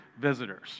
visitors